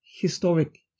historic